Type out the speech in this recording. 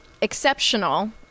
exceptional